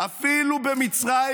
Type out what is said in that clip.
אפילו במצרים,